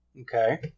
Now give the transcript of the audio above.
Okay